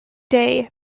day